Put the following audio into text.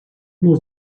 nur